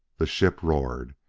the ship roared.